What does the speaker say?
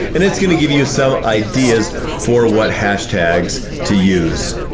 and it's gonna give you you some ideas for what hashtags to use.